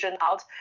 out